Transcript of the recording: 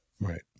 Right